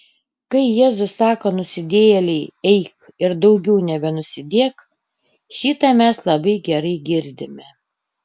kai jėzus sako nusidėjėlei eik ir daugiau nebenusidėk šitą mes labai gerai girdime